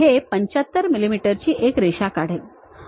हे 75 मिमी ची एक रेषा काढेल